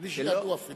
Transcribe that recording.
בלי שידעו אפילו.